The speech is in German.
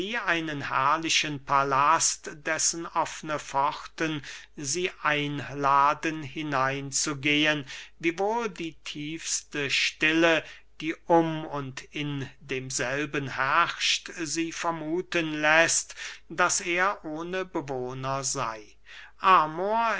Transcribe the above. einen herrlichen palast dessen offne pforten sie einladen hineinzugehen wiewohl die tiefste stille die um und in demselben herrscht sie vermuthen läßt daß er ohne bewohner sey amor